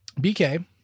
BK